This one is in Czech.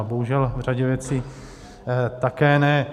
A bohužel v řadě věcí také ne.